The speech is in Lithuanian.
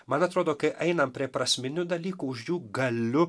man atrodo kai einam prie prasminių dalykų už jų galiu